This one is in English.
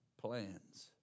plans